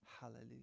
Hallelujah